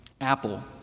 Apple